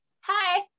hi